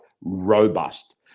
robust